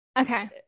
Okay